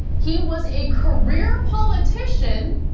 he was a career politician.